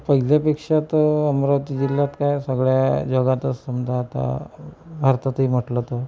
पहिल्यापेक्षा तर अमरावती जिल्ह्यात काय सगळ्या जगातच समजा आता भारतातही म्हटलं तर